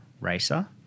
racer